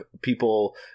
people